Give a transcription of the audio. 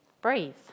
breathe